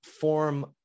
form